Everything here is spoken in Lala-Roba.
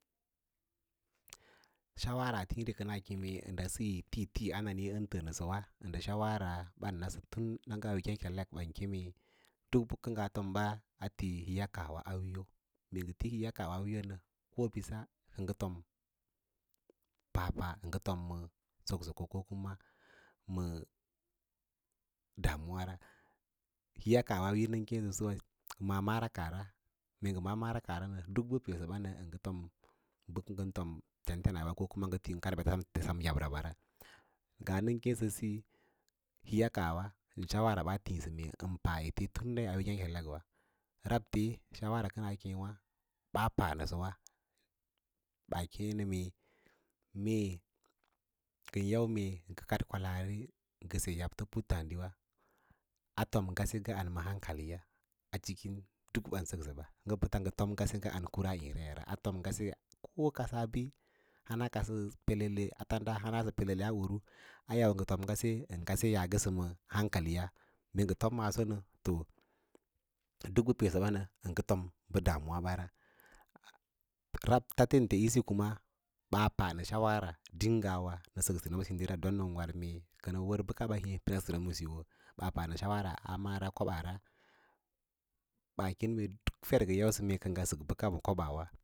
Shawara a tǐǐri kəna kěě ə ndə tíí tíí ən təə nəsəwa ə ndə shawara ɓan nasə tun na ngə auwe nge’kelek waiyi kemu duk bə kə ngaa tomba a tis hííya kaah a wu̍yo, mee ti hííya kaahwa a wíyo nə ko bíss kə ngə papa, ə ngə fom səksoko kama ma damuwara hííya kaah wa a wíyo nə ko biss kə ngə papa, əngə fom soksoko kama ma damuwara hííya kaah u nən kéésəwa a mara kaah ʌa mee ngə maꞌā mara kaah bə kə ngən ti fom lentenaɓa ko kausa ngə ti kad ma beta wa yabra ra ngaa nən keẽsə híi kaah ən shaawara baa tíísə pa ete tim yayi ngə ngēkelekwa nawe shawara kəns keẽ ba pa nəsəwa ɓaa keẽ nə mee mee ngən yau mee ngə kad kwalaari ngə se yab to puttǎǎdiwawa afon ngasə ngə an ma hankahya ciki duk bə bam səksə ba ya ngə fom ngase ndə an kurshandara ra a fom ngase ko ka hanbo lana sə pelelele a fanda a hanasə pelele a uru ngə yom ngə fom ndə an hankaliya mee ngə fom maaso naə duk bə peesə be ən fom damuwe talente isi kuma ɓaa pa nə shawara dīng ngawa nə səksə tinima ma síyo ra don nən war mee kənə wər bəkaba hê siu masiyo pa panshawa a mara kobaara ɓaa keẽ mə mee duk fer ngə yadə mee kə ngə fom bəka ma kabawa